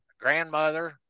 grandmother